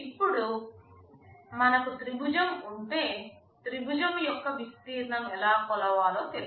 ఇప్పుడు మనకు త్రిభుజం ఉంటే త్రిభుజం యొక్క విస్తీర్ణం ఎలా కొలవాలో తెలుసు